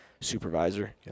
supervisor